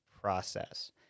process